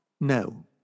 no